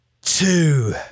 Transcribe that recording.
two